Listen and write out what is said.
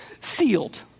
sealed